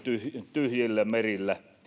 tyhjillä merillä